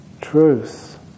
Truth